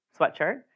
sweatshirt